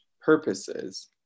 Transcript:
purposes